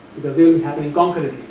because they will happening concurrently.